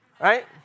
right